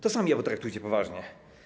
To sami je traktujcie poważnie.